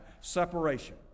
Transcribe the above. Separation